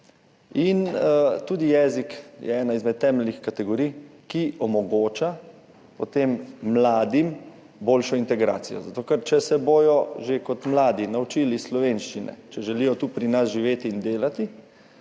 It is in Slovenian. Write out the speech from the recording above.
je tudi ena izmed temeljnih kategorij, ki potem omogoča mladim boljšo integracijo, zato ker če se bodo že kot mladi naučili slovenščine, če želijo tu pri nas živeti in delati,